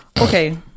Okay